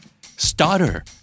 Starter